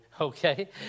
okay